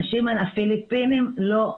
הפיליפינים לא,